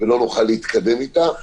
ולא נוכל להתקדם איתה.